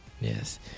Yes